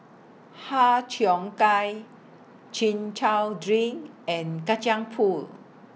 Har Cheong Gai Chin Chow Drink and Kacang Pool